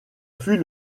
fut